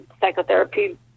psychotherapy